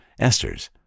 esters